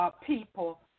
People